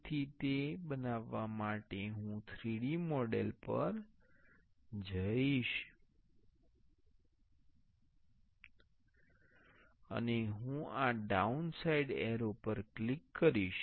તેથી તે બનાવવા માટે હું 3D મોડેલ પર જઈશ અને હું આ ડાઉનસાઇડ એરો પર ક્લિક કરીશ